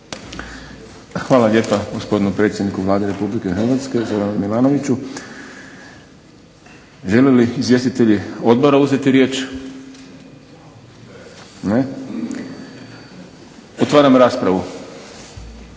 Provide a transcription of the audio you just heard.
Hvala lijepa gospodinu predsjedniku Vlade RH Zoranu Milanoviću. Žele li izvjestitelji odbora uzeti riječ? Ne. Otvaram raspravu.